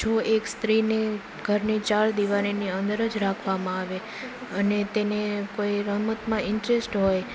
જો એક સ્ત્રીને ઘરની ચાર દિવારીની અંદર જ રાખવામાં આવે અને તેને કોઈ રમતમાં ઇન્ટરેસ્ટ હોય